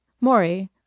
Maury